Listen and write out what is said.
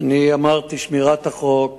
אמרתי: שמירת החוק